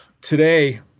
today